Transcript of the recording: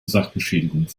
sachbeschädigung